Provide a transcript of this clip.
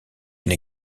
une